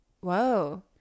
Whoa